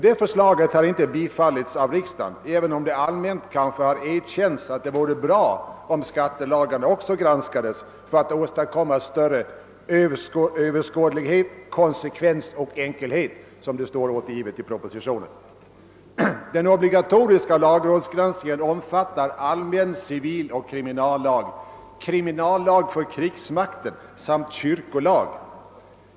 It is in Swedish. Det förslaget har inte bifallits av riksdagen även om det allmänt har erkänts att det vore bra om även skattelagarna granskades för att åstadkomma större överskådlighet, konsekvens och enkelhet, som det heter i propositionen. Den obligatoriska lagrådsgranskningen omfattar allmän civiloch kriminallag, kriminallag för krigsmakten samt kyrkolag.